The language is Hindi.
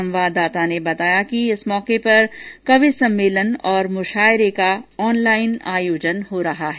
हमारे संवाददाता ने बताया कि इस मौके पर कवि सम्मेलन और मुशायरे का ऑनलाइन आयोजन हो रहा है